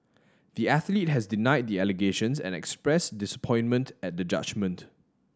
the athlete has denied the allegations and expressed disappointment at the judgment